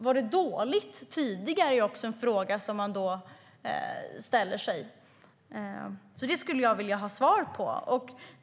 Var det dåligt tidigare? Det skulle jag vilja ha svar på.